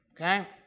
Okay